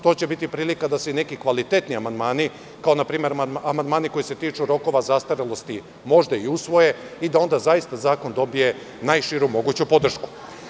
To će biti prilika da se i neki kvalitetni amandmani, kao npr. amandmani koji se tiču rokova zastarelosti, možda i usvoje i da onda zaista zakon dobije najširu moguću podršku.